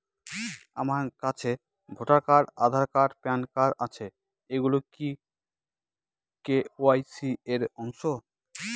আমার কাছে voter card Aadhaar card PAN card আছে এগুলো কি কে.ওয়াই.সি র অংশ?